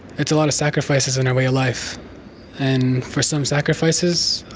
it's a lot of sacrifices in our way of life and for some sacrifices